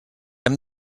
hem